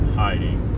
hiding